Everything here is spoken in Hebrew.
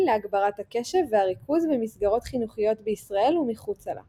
להגברת הקשב והריכוז במסגרות חינוכיות בישראל ומחוצה לה.